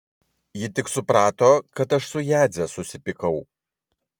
ji tik suprato kad aš su jadze susipykau